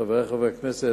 חברי חברי הכנסת,